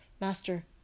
Master